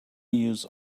use